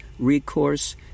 recourse